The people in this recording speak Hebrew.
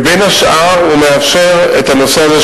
ובין השאר הוא מאפשר את הנושא הזה,